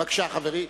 בבקשה, חברי,